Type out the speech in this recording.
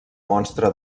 monstre